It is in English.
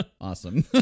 Awesome